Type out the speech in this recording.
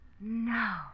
No